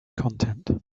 content